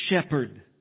shepherd